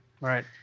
Right